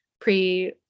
pre